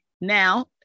Now